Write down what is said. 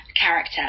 character